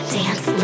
dance